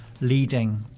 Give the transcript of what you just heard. leading